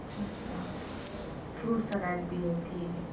اچھا fruit salad بھی ہے ٹھیک ہے